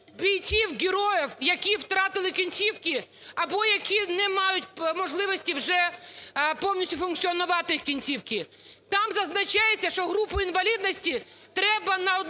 бійців-героїв, які втратили кінцівки або які не мають можливості вже… повністю функціонувати кінцівки. Там зазначається, що групу інвалідності треба на одну